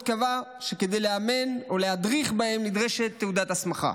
קבע שכדי לאמן או להדריך בהם נדרשת תעודת הסמכה.